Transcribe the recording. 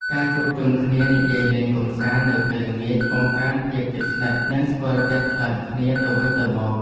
ការជួបជុំគ្នានិយាយលេងកម្សាន្តនៅពេលល្ងាចបង្កើនភាពជិតស្និទ្ធ និងស្គាល់ចិត្តថ្លើមគ្នាទៅវិញទៅមក។